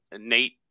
Nate